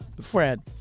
Fred